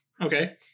Okay